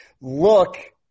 look